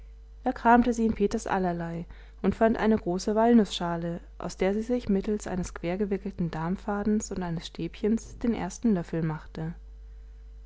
da kramte sie in peters allerlei und fand eine große walnußschale aus der sie sich mittels eines quergewickelten darmfadens und eines stäbchens den ersten löffel machte